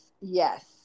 yes